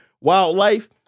wildlife